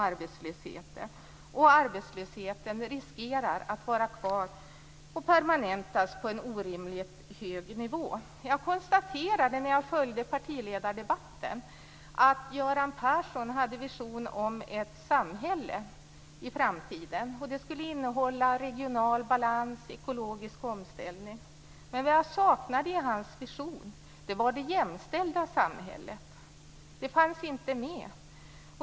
Arbetslösheten riskerar att vara kvar och permanentas på en orimligt hög nivå. Jag konstaterade när jag följde partiledardebatten att Göran Persson hade en vision om ett samhälle i framtiden. Det skulle innehålla regional balans och ekologisk omställning. Men vad jag saknade i hans vision var det jämställda samhället. Det fanns inte med.